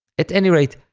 at any rate,